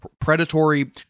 predatory